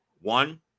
one